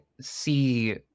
see